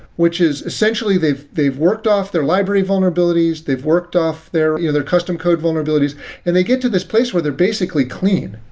which is essentially they've they've worked off their library vulnerabilities, they've worked off their you know their custom code vulnerabilities and they get to this place where they're basically clean.